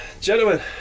gentlemen